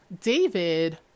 David